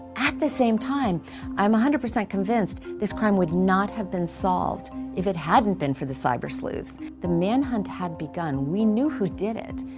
at the same time i'm one hundred percent convinced this crime would not have been solved if it hadn't been for the cyber sleuths. the manhunt had begun we knew who did it,